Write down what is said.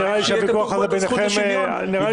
נראה לי שהוויכוח הזה ביניכם ------ נדמה